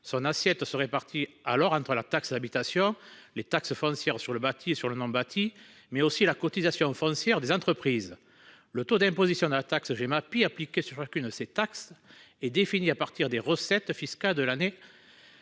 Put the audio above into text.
Son assiette se répartit alors entre la taxe d'habitation, les taxes foncières sur les propriétés bâties et non bâties, mais aussi la cotisation foncière des entreprises. Le taux d'imposition de la taxe Gemapi, appliqué sur chacune de ces taxes, est défini à partir des recettes fiscales de ces